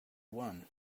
one